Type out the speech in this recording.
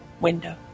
window